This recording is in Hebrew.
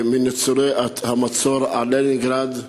ניצולי המצור על לנינגרד.